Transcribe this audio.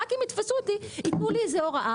אם יתפסו אותי ויתנו לי איזו הוראה,